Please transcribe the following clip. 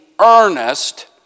earnest